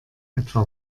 etwa